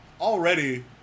already